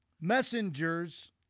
messengers